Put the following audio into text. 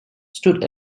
stood